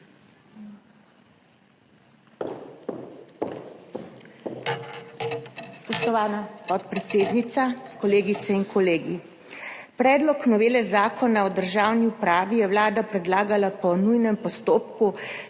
Spoštovana podpredsednica, kolegice in kolegi! Predlog novele Zakona o državni upravi je Vlada predlagala po nujnem postopku,